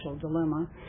dilemma